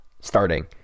starting